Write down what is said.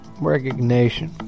recognition